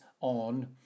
on